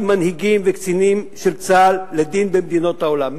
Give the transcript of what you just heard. מנהיגים וקצינים של צה"ל לדין במדינות העולם,